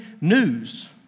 news